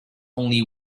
only